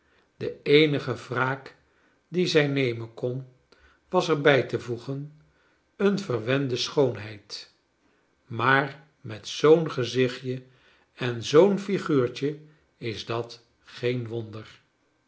de eenige wraak die zij nemen kon was er bij te voegen een verwende schoonheid maar met zoo'n gezichtje en zoo'n figuurtje is dat geen wonder